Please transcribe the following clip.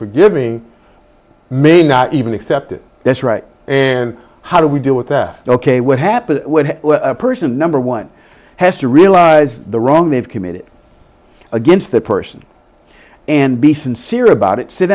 forgiving may not even accept it that's right and how do we deal with that ok what happens when a person number one has to realize the wrong they have committed against the person and be sincere about it sit